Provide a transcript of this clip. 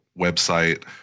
website